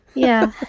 yeah,